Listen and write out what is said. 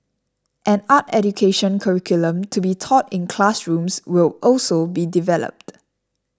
an art education curriculum to be taught in classrooms will also be developed